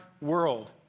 world